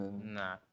Nah